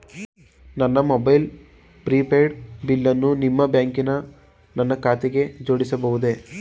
ನನ್ನ mobile prepaid ಬಿಲ್ಲನ್ನು ನಿಮ್ಮ ಬ್ಯಾಂಕಿನ ನನ್ನ ಖಾತೆಗೆ ಜೋಡಿಸಬಹುದೇ?